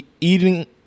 eating